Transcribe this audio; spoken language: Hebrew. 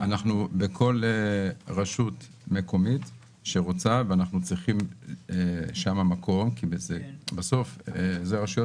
כל רשות מקומית שרוצה ואנחנו צריכים שם מקום בסוף רשויות